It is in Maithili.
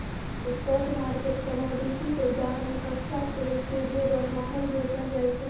स्पॉट मार्केट कमोडिटी के उदाहरण कच्चा तेल छियै, जे बरमहल बेचल जाइ छै